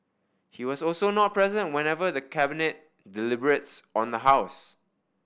he was also not present whenever the Cabinet deliberates on the house